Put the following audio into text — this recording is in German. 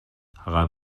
harald